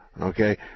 okay